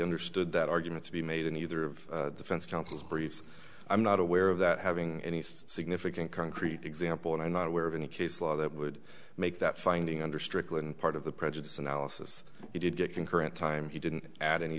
understood that argument to be made in either of defense counsel's briefs i'm not aware of that having any significant concrete example and i'm not aware of any case law that would make that finding under strickland part of the prejudice analysis he did get concurrent time he didn't add any